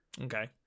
Okay